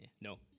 no